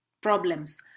problems